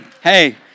Hey